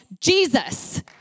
Jesus